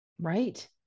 right